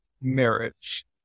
marriage